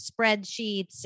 spreadsheets